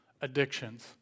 addictions